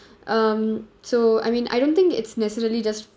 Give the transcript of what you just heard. um so I mean I don't think it's necessarily just